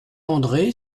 andré